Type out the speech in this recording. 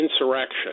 insurrection